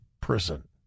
prison